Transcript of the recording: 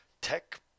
Tech